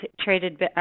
traded